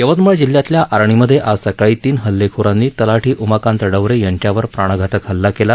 यवतमाळ जिल्ह्यातल्या आर्णीमध्ये आज सकाळी तीन हल्लेखोरांनी तलाठी उमाकांत डवरे यांच्यावर प्राणघातक हल्ला केला